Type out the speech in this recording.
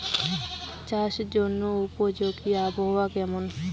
চাষের জন্য উপযোগী আবহাওয়া কেমন?